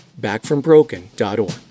backfrombroken.org